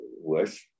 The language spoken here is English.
worse